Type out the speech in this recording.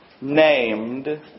named